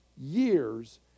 years